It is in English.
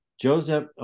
joseph